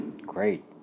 great